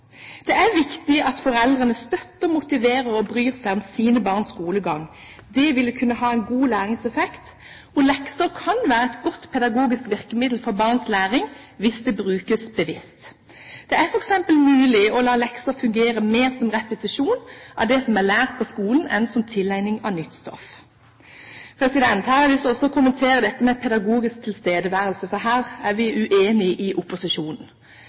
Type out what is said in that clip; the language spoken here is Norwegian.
Det er viktig at foreldrene støtter, motiverer og bryr seg om sine barns skolegang. Det vil kunne ha en god læringseffekt. Lekser kan være et godt pedagogisk virkemiddel for barns læring, hvis det brukes bevisst. Det er f.eks. mulig å la lekser fungere mer som repetisjon av det som er lært på skolen, enn som tilegning av nytt stoff. Her har jeg også lyst til å kommentere dette med pedagogisk tilstedeværelse, for her er vi uenige i opposisjonen.